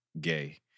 gay